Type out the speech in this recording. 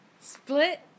Split